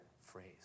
phrase